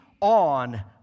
on